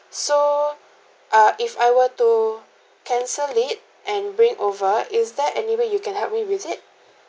so uh if I were to cancel it and bring over is there any way you can help me with it